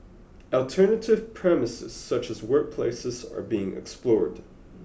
alternative premises such as workplaces are being explored